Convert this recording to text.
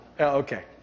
Okay